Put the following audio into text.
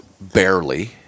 barely